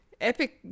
epic